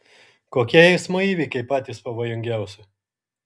kokie eismo įvykiai patys pavojingiausi